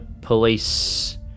police